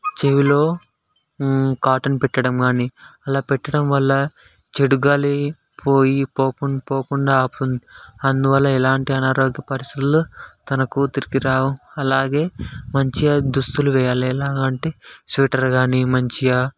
చెవిలో కాటన్ పెట్టడం కానీ అలా పెట్టడం వల్ల చెడు గాలి పోయి పోకు పోకుండా ఆపుతుంది అందువల్ల ఎలాంటి అనారోగ్య పరిస్థితులు తన కూతురికి రావు అలాగే మంచిగా దుస్తులు వేయాలి ఎలాగంటే స్వెటర్ కానీ మంచిగా